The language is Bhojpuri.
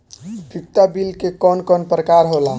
उपयोगिता बिल के कवन कवन प्रकार होला?